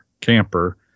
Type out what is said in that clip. camper